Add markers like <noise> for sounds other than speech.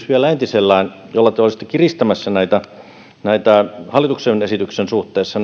<unintelligible> vielä entisellään sosiaalidemokraattien esitys jolla te olisitte kiristämässä näitä näitä rajoja suhteessa <unintelligible>